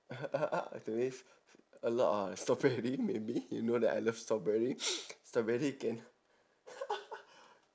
uh to me is a lot of strawberry maybe you know that I love strawberry strawberry can